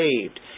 saved